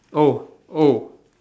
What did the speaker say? oh oh